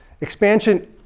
Expansion